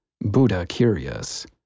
Buddha-curious